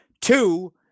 Two